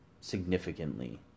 significantly